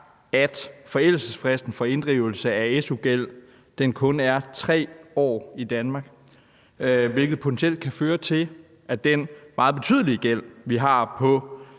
er forældelsesfristen for inddrivelse af su-gæld kun 3 år i Danmark, hvilket potentielt kan føre til, at en betydelig gæld på